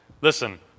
Listen